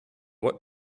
what